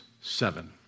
seven